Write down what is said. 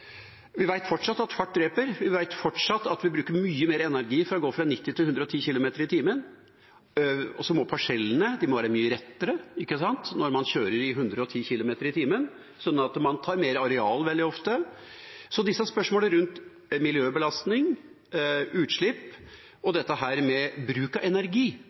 Vi vet fortsatt at fart dreper, vi vet fortsatt at vi bruker mye mer energi for å gå fra 90 km/t til 110 km/t. Parsellene må også være mye rettere når man kjører i 110 km/t, så man tar veldig ofte mer areal. Når det gjelder disse spørsmålene rundt miljøbelastning, utslipp og dette med bruk av energi